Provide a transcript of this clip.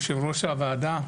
יושב-ראש הוועדה,